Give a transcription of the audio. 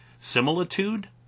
Similitude